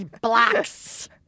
blocks